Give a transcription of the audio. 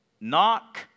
knock